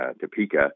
Topeka